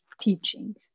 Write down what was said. teachings